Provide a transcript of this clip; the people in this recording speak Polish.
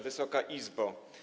Wysoka Izbo!